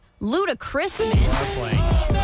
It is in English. Ludacris